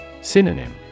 Synonym